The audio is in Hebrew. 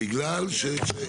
בגלל ש?